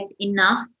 enough